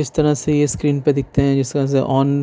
جس طرح سے یہ اسکرین پر دکھتے ہیں جس طرح سے آن